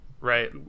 right